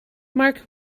marc